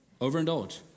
overindulge